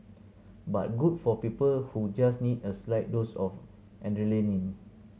but good for people who just need a slight dose of adrenaline